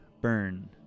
burn